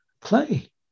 play